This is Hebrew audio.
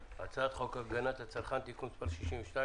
הנושא: הצעת חוק הגנת הצרכן (תיקון מס' 62)